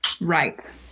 Right